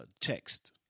Text